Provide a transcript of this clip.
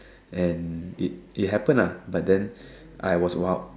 and it it happened lah but then I was